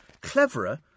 Cleverer